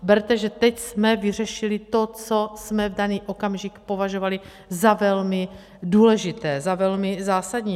Berte, že teď jsme vyřešili to, co jsme v daný okamžik považovali za velmi důležité, velmi zásadní.